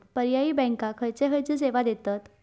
पर्यायी बँका खयचे खयचे सेवा देतत?